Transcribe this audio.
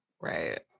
Right